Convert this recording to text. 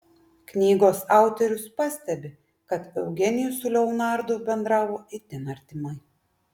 knygos autorius pastebi kad eugenijus su leonardu bendravo itin artimai